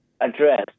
address